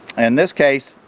and this case,